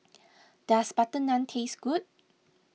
does Butter Naan taste good